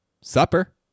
Supper